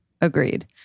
Agreed